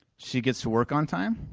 she gets to work on time